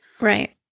Right